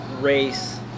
race